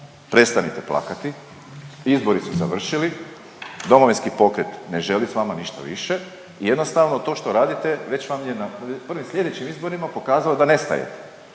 prestanite plakati, izbori su završili, Domovinski pokret ne želi sa vama ništa više. I jednostavno to što radite već vam je na prvim sljedećim izborima pokazalo da nestajete.